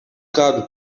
kādu